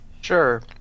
Sure